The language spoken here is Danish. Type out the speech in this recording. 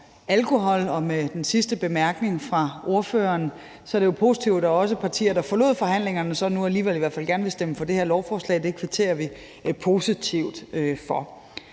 alkohol. Med den sidste bemærkning fra ordføreren er det jo positivt, at der er også partier, der forlod forhandlingerne, og som nu alligevel i hvert fald gerne vil stemme for det her lovforslag. Det kvitterer vi positivt for.